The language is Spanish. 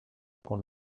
con